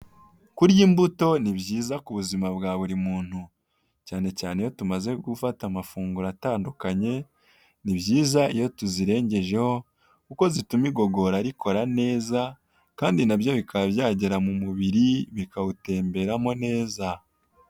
Kurya imbuto ni byiza ku buzima bwa buri muntu cyane cyane iyo tumaze gufata amafunguro atandukanye ni byiza iyo tuzirengejeho kuko zituma igogora rikora neza kandi nabyo bikaba byagera mu mubiri bikawutemberamo neza.